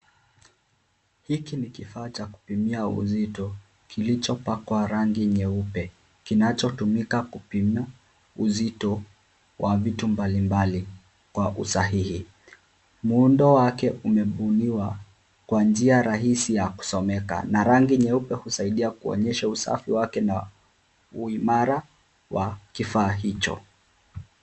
Hiki ni kifaa cha kupimia uzito kilicho pakwa rangi nyeupe kinachotumika kupima uzito wa vitu mbalimbali kwa usahihi. Muundo wake umebuniwa kwa njia rahisi ya kusomeka na rangi nyeupe husaidia kuonyesha usafi wake na uimara wa kifaa hicho.